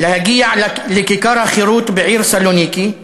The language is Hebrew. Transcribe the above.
להגיע לכיכר החירות בעיר סלוניקי,